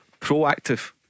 proactive